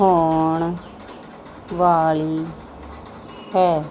ਹੋਣ ਵਾਲੀ ਹੈ